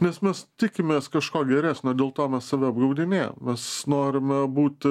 nes mes tikimės kažko geresnio dėl to save apgaudinėjam mes norime būti